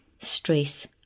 stress